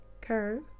curve